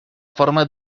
forma